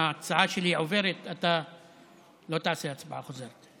ההצעה שלי עוברת, אתה לא תעשה הצבעה חוזרת.